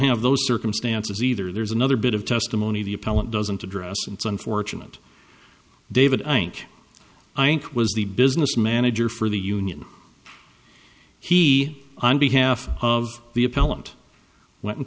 have those circumstances either there's another bit of testimony the appellant doesn't address and it's unfortunate david i think i think was the business manager for the union he on behalf of the appellant went and